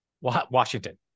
Washington